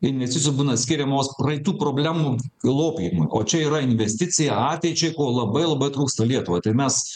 investicijos būna skiriamos praeitų problemų lopymui o čia yra investicija ateičiai ko labai labai trūksta lietuvai tai mes